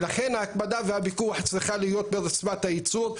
לכן ההקפדה והפיקוח צריכה להיות ברצפת הייצור.